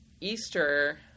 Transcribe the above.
Easter